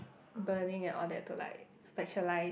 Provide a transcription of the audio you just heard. burning and all that to like specialised